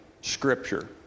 Scripture